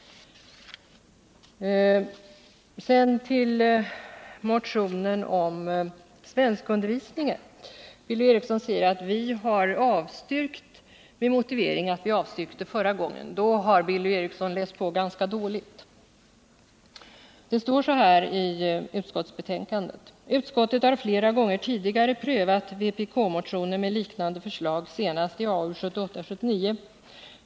Beträffande motionen om svenskundervisningen sade Billy Eriksson att vi avstyrkt denna med motivering att vi avstyrkte den också förra gången den behandlades. På den punkten har Billy Eriksson läst på ganska dåligt. Det står så här i betänkandet: ”Utskottet har flera gånger tidigare prövat vpk-motioner med liknande förslag, senast i AU 1978/79:22 ——-.